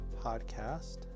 podcast